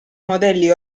modelli